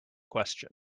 question